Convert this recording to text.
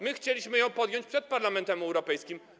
My chcieliśmy ją podjąć przed Parlamentem Europejskim.